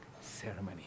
ceremony